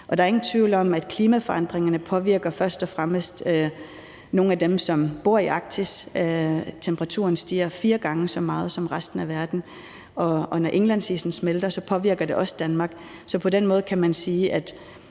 Der er ingen tvivl om, at klimaforandringerne først og fremmest påvirker nogle af dem, som bor i Arktis. Temperaturen stiger fire gange så meget som i resten af verden. Og når indlandsisen smelter, påvirker det også Danmark. Så på den måde kan man sige, at